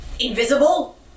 Invisible